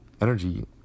energy